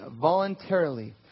voluntarily